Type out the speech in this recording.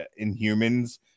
Inhumans